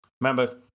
Remember